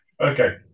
Okay